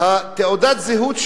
תעודת הזהות,